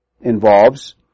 involves